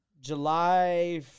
july